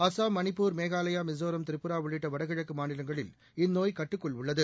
அசாம் மணிப்பூர் மேகாலாயா மிசோரம் திரிபுரா உள்ளிட்ட வடகிழக்கு மாநிலங்களில் இந்நோய் கட்டுக்குள் உள்ளது